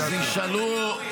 תמנה שופטים.